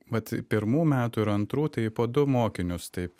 vat pirmų metų ir antrų tai po du mokinius taip